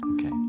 Okay